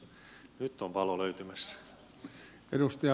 nyt on valo löytymässä